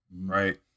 right